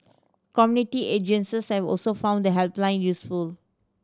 community agencies have also found the helpline useful